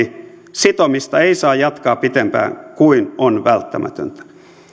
sitomista ei saa jatkaa pitempään kuin on välttämätöntä